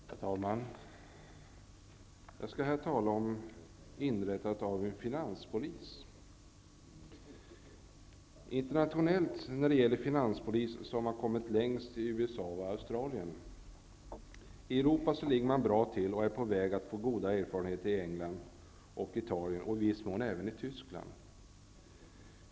Herr talman! Jag skall här tala om införandet av en finanspolis. Internationellt har man på detta område kommit längst i USA och Australien. I Europa är man på väg att få goda erfarenheter i England och Italien och i viss mån även i Tyskland.